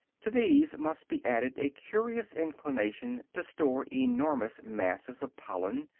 to these must be added a curious inclination to store enormous masses of pollen,